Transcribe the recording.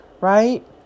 right